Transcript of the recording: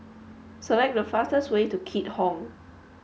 select the fastest way to Keat Hong